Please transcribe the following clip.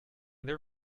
their